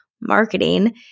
marketing